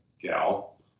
gal